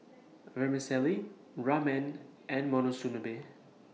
Vermicelli Ramen and Monsunabe